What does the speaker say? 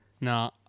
no